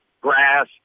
grass